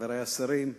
חברי השרים,